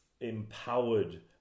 empowered